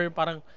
parang